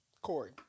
Corey